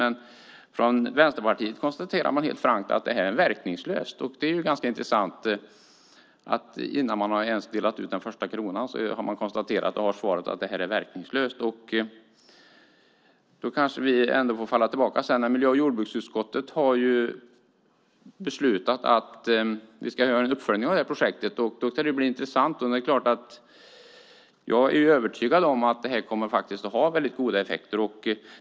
Men Vänsterpartiet konstaterar helt frankt att det här är verkningslöst. Det är ganska intressant att man redan innan den första kronan ens har delats ut konstaterar att det är verkningslöst. Miljö och jordbruksutskottet har beslutat att vi ska göra en uppföljning av detta projekt, och det ska bli intressant. Jag är övertygad om att det här kommer att ha väldigt goda effekter.